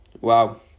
Wow